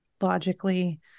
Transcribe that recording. logically